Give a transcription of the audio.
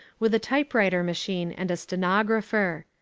with a typewriter machine and a stenographer.